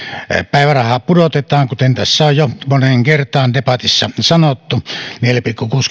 päivärahaa pudotetaan kuten tässä on jo moneen kertaan debatissa sanottu neljällä pilkku